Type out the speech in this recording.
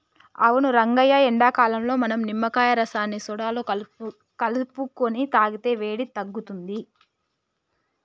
అవును రంగయ్య ఎండాకాలంలో మనం నిమ్మకాయ రసాన్ని సోడాలో కలుపుకొని తాగితే వేడి తగ్గుతుంది